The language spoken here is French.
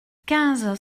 quinze